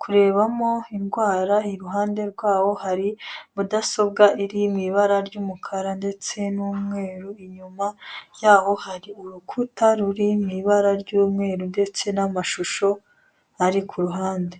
kurebamo indwara, iruhande rw'aho hari mudasobwa iri mu ibara ry'umukara ndetse n'umweru, inyuma yabo hari urukuta ruri mu ibara ry'umweru ndetse n'amashusho ari ku ruhande.